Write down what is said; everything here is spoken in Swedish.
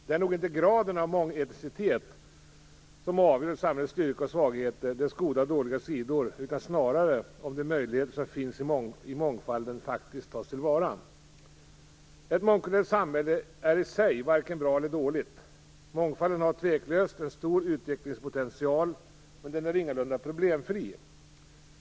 Det är nog inte graden av mångetnicitet som avgör ett samhälles styrka och svagheter, dess goda och dåliga sidor, utan snarare om de möjligheter som finns i mångfalden faktiskt tas till vara. Ett "mångkulturellt samhälle" är i sig varken bra eller dåligt. Mångfalden har tveklöst en stor utvecklingspotential. Men den är ingalunda problemfri.